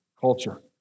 Culture